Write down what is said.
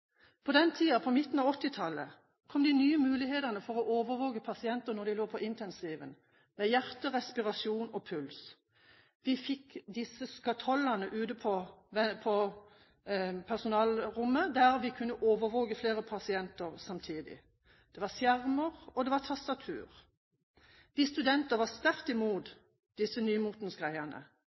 På den tiden, på midten av 1980-tallet, kom de nye mulighetene for overvåkning av hjerte, respirasjon og puls på pasienter når de lå på intensivavdelingen. Vi fikk disse «skatollene» på personalrommet, der vi kunne overvåke flere pasienter samtidig. Det var skjermer, og det var tastatur. Vi studenter var sterkt mot disse